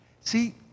See